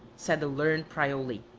said the learned prioli,